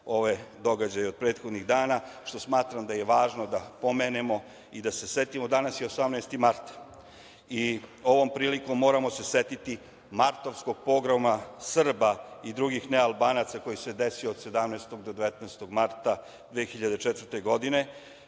ove događaje od prethodnih dana, a smatram da je važno da spomenemo i da se setimo. Danas je 18. mart i ovom prilikom moramo se setimo Martovskog pogroma Srba i drugih nealbanaca koji se desio od 17. do 19. marta 2004. godine.